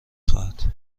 خواهد